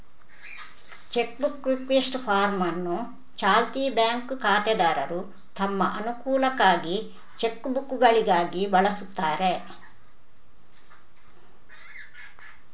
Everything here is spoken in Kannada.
ಚೆಕ್ ಬುಕ್ ರಿಕ್ವೆಸ್ಟ್ ಫಾರ್ಮ್ ಅನ್ನು ಚಾಲ್ತಿ ಬ್ಯಾಂಕ್ ಖಾತೆದಾರರು ತಮ್ಮ ಅನುಕೂಲಕ್ಕಾಗಿ ಚೆಕ್ ಪುಸ್ತಕಗಳಿಗಾಗಿ ಬಳಸ್ತಾರೆ